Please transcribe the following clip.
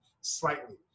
slightly